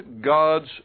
God's